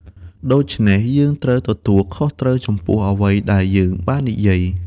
ដូច្នេះ យើងត្រូវទទួលខុសត្រូវចំពោះអ្វីដែលយើងបាននិយាយ។